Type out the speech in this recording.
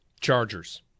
Chargers